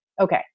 Okay